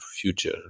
future